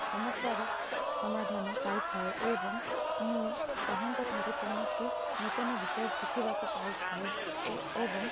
ସମସ୍ୟାର ସମାଧାନ ପାଇ ଥାଏ ଏବଂ ମୁଁ ତାହାଙ୍କଠାରେ କୌଣସି ନୂତନ ବିଷୟ ଶିଖିବାକୁ ପାଇ ଥାଏ ଏ ଏବଂ